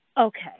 okay